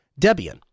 Debian